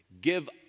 Give